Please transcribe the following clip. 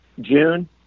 June